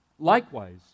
Likewise